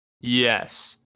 Yes